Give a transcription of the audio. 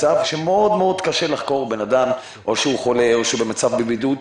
שמאוד-מאוד קשה לחקור בן אדם שחולה או נמצא בבידוד.